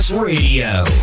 Radio